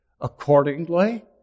accordingly